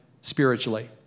spiritually